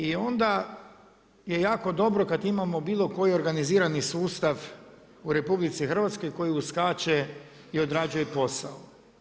I onda je jako dobro kada imamo bilo koji organizirani sustav u RH koji uskače i odrađuje posao.